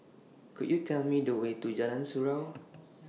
Could YOU Tell Me The Way to Jalan Surau